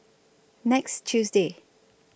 next Tuesday